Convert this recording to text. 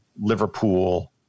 Liverpool